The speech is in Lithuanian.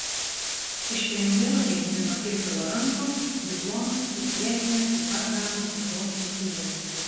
iš premjero gedimino kirkilo rankų diplomus ir premijas taip pat gavo dziudo imtynininkai